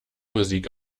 musik